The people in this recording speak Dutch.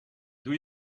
doe